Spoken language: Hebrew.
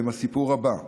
הם הסיפור הבא,